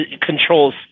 controls